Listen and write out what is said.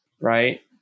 right